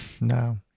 no